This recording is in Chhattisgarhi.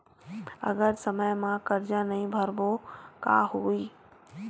अगर समय मा कर्जा नहीं भरबों का होई?